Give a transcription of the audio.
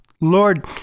Lord